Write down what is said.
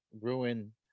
ruin